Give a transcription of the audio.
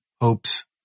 Hopes